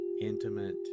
intimate